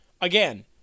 again